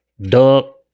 duck